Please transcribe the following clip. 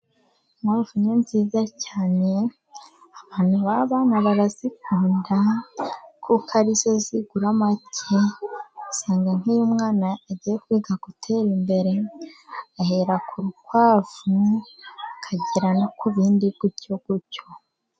Inkwavu ni nziza cyane, abantu b'abana barazikunda kuko ari zo zigura make. Usanga nk'iyo umwana agiye kwiga gutera imbere, ahera ku rukwavu akagera no ku bindi gutyo gutyo.